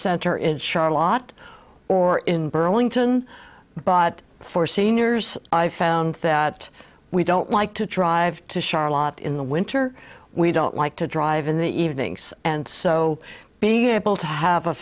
center in charlotte or in burlington but for seniors i found that we don't like to drive to charlotte in the winter we don't like to drive in the evenings and so being able to have a